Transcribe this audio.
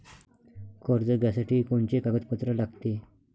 कर्ज घ्यासाठी कोनचे कागदपत्र लागते?